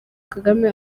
kagame